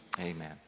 Amen